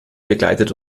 begleitet